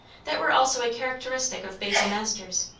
that were also a characteristic of basil masters.